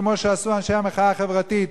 כמו שעשו אנשי המחאה החברתית.